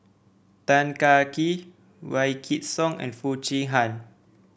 Tan Kah Kee Wykidd Song and Foo Chee Han